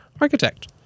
Architect